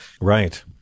Right